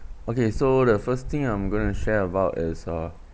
okay so the first thing I'm going to share about is uh